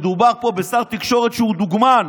מדובר פה בשר תקשורת שהוא דוגמן.